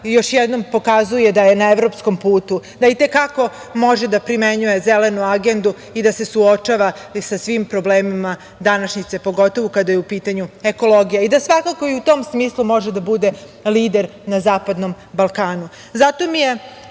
još jednom pokazuje da je na evropskom putu, da i te kako može da primenjuje zelenu agendu i da se suočava sa svim problemima današnjice, pogotovo kada je u pitanju ekologija, i da svakako i u tom smislu može da bude lider na zapadnom Balkanu. Zato mi je